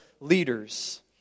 leaders